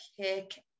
kick